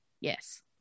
yes